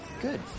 Good